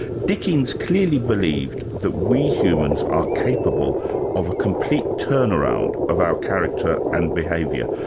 dickens clearly believed that we humans are capable of a complete turnaround of our character and behaviour.